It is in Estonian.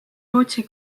rootsi